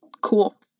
cool